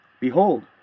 Behold